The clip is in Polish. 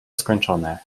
skończone